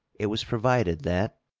it was provided that